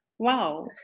Wow